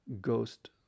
ghost